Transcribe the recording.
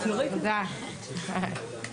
תודה רבה.